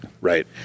Right